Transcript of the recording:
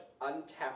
untapped